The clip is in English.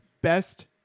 best